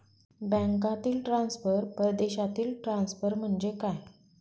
बँकांतील ट्रान्सफर, परदेशातील ट्रान्सफर म्हणजे काय?